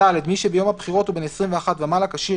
"(ד)מי שביום הבחירות הוא בן עשרים ואחת ומעלה כשיר